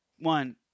One